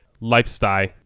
lifestyle